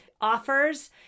offers